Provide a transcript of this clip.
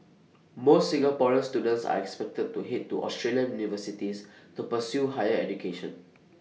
more Singaporean students are expected to Head to Australian universities to pursue higher education